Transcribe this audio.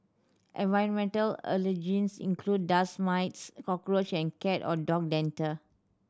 environmental allergens include dust mites cockroach and cat or dog dander